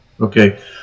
Okay